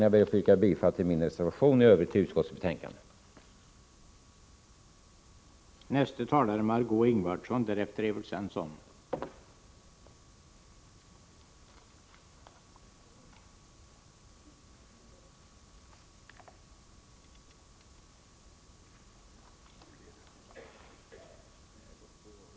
Jag ber att få yrka bifall till min och Inga Lantz reservation och i övrigt bifall till utskottets hemställan.